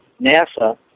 nasa